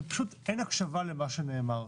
ופשוט אין הקשבה למה שנאמר.